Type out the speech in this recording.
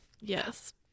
Yes